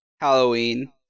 Halloween